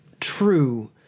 true